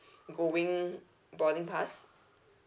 going boarding pass